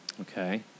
Okay